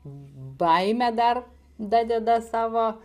baimė dar dadeda savo